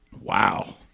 wow